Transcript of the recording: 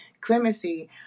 clemency